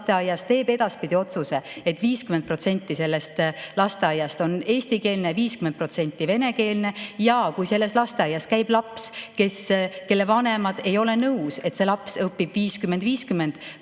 lasteaias teeb edaspidi otsuse, et 50% ulatuses see lasteaed on eestikeelne ja 50% ulatuses venekeelne ja kui selles lasteaias käib laps, kelle vanemad ei ole nõus, et see laps õpib 50